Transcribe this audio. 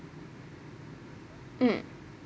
mm